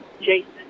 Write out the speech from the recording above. Jason